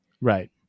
Right